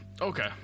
Okay